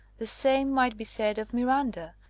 the same might be said of miranda,